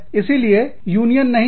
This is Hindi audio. इसीलिए यूनियन नहीं है